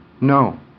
No